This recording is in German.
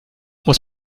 muss